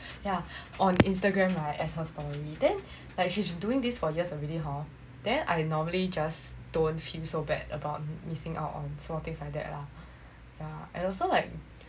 yeah on Instagram right as her story then like she's doing this for years already hor then I normally just don't feel so bad about missing out on small things like that lah yeah and also like